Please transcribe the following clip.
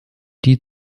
die